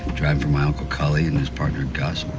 drive for my uncle cully and his partner, gustman.